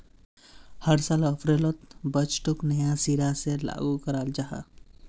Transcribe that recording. हर साल अप्रैलोत बजटोक नया सिरा से लागू कराल जहा